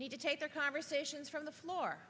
need to take their conversations from the floor